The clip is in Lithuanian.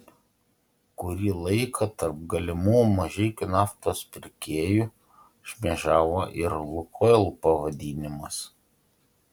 kurį laiką tarp galimų mažeikių naftos pirkėjų šmėžavo ir lukoil pavadinimas